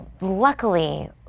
Luckily